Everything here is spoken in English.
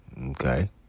Okay